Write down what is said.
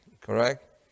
correct